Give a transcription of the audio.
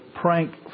prank